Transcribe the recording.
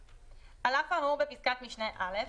(ב) על אף האמור בפסקת משנה (א),